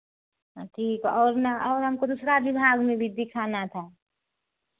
हाँ ठीक और ना और हमको दूसरा विभाग में भी दिखाना था